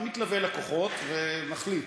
אתה מתלווה אל הכוחות ומחליט,